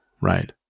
right